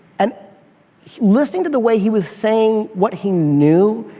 and listening to the way he was saying what he knew,